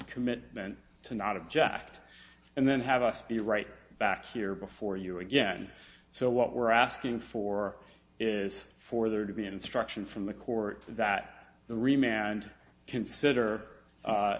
commitment to not object and then have us be right back here before you again so what we're asking for is for there to be an instruction from the court that the remand consider